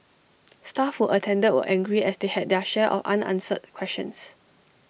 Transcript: staff who attended were angry as they had their share of unanswered questions